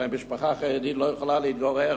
שהרי משפחה חרדית לא יכולה להתגורר